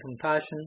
compassion